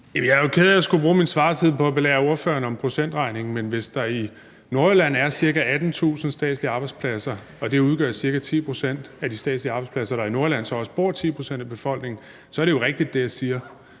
Jeg er jo ked af at skulle bruge min svartid på at belære spørgeren om procentregning, men hvis der i Nordjylland er ca. 18.000 statslige arbejdspladser, og det udgør ca. 10 pct. af de statslige arbejdspladser, og der i Nordjylland så også bor 10 pct. af befolkningen, så er det, jeg siger,